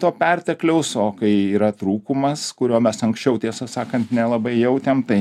to pertekliaus o kai yra trūkumas kurio mes anksčiau tiesą sakant nelabai jautėm tai